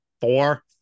Four